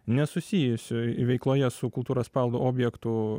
nesusijusioj veikloje su kultūros paveldo objektų